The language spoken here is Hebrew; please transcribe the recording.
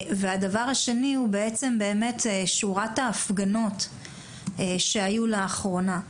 והדבר השני הוא בעצם באמת שורת ההפגנות שהיו לאחרונה.